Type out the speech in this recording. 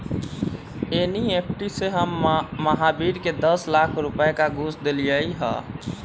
NEFT से हम महावीर के दस लाख रुपए का घुस देलीअई